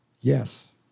Yes